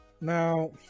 now